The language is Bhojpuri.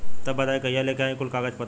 तब बताई कहिया लेके आई कुल कागज पतर?